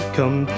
Come